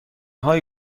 هایی